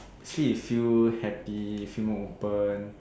actually you feel happy feel more open